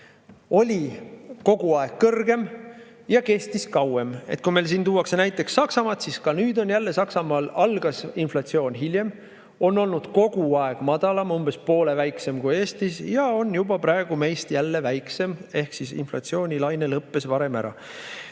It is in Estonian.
oli kogu aeg kõrgem ja kestis kauem. Meile tuuakse siin näiteks Saksamaad, aga nüüd jälle Saksamaal algas inflatsioon hiljem, on olnud kogu aeg madalam, umbes poole väiksem kui Eestis, ja on juba praegu meie inflatsioonist jälle väiksem ehk nende inflatsioonilaine lõppes varem ära.